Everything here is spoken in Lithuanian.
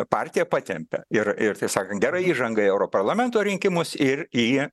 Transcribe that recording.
partija patempia ir ir taip sakant gerai įžanga į europarlamento rinkimus ir į